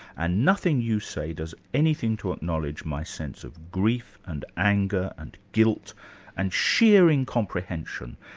and nothing you say does anything to acknowledge my sense of grief and anger and guilt and sheer incomprehension.